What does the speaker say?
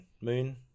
moon